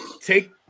Take